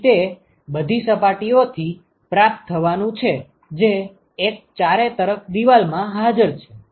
તેથી તે બધી સપાટીઓથી પ્રાપ્ત થવાનું છે જે એક ચારે તરફ દીવાલ માં હાજર છે